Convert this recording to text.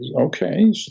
okay